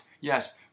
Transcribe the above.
Yes